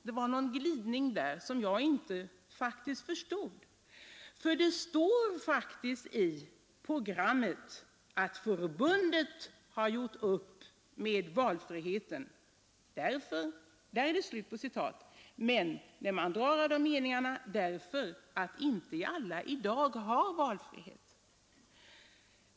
Det var någon glidning där som jag inte förstod, för det står faktiskt i programmet att förbundet har ”gjort upp med valfriheten” därför att inte alla i dag har valfrihet!